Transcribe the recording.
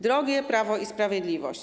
Drogie Prawo i Sprawiedliwość!